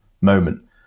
moment